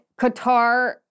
Qatar